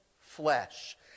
flesh